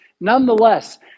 nonetheless